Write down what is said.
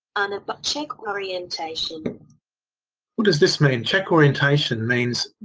and but check orientation cwhat does this mean? check orientation means.